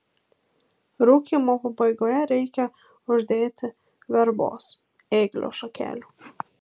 rūkymo pabaigoje reikia uždėti verbos ėglio šakelių